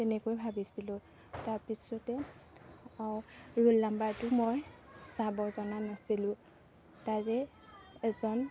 তেনেকৈ ভাবিছিলোঁ তাৰপিছতে ৰোল নম্বৰটো মই চাব জনা নাছিলোঁ তাৰে এজন